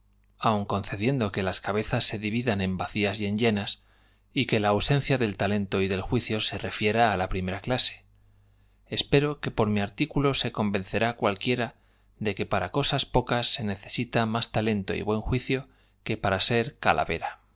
una de sus más amables calidan en vacías y en llenas y que la ausencia del dades talento y del juicio se refiera á la primera clase l calavera debe tener lo que se llaespero que por mi artículo se convencerá cual ma en el mundo poca aprensión n o se inquiera de que para cosas pocas se necesita más terprete esto tampoco en el mal sentido t o d o talento y buen juicio que para ser calavera